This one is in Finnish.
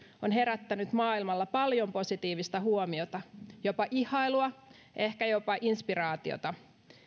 on herättänyt maailmalla paljon positiivista huomiota jopa ihailua ehkä jopa inspiraatiota